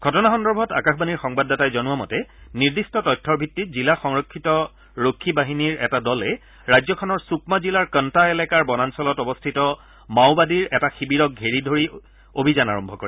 ঘটনা সন্দৰ্ভত আকাশবাণীৰ সংবাদদাতাই জনোৱা মতে নিৰ্দিষ্ট তথ্যৰ ভিত্তিত জিলা সংৰক্ষিত ৰক্ষী বাহিনীৰ এটা দলে ৰাজ্যখনৰ ছুকমা জিলাৰ কণ্টা এলেকাৰ বনাঞ্চলত অৱস্থিত মাওবাদীৰ এটা শিবিৰক ঘেৰি ধৰি অভিযান আৰম্ভ কৰে